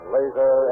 Laser